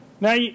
Now